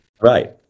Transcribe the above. Right